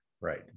Right